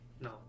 No